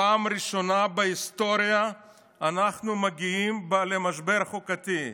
פעם ראשונה בהיסטוריה אנחנו מגיעים למשבר חוקתי.